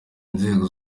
inzego